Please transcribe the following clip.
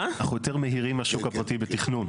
יותר מהירים מהשוק הפרטי בתכנון.